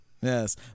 Yes